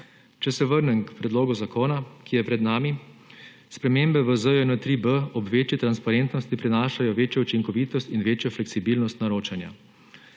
Če se vrnem k predlogu zakona, ki je pred nami. Spremembe v ZJN-3B ob večji transparentnosti prinašajo večjo učinkovitost in večjo fleksibilnost naročanja.